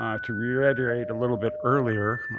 um to reiterate a little bit earlier,